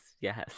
Yes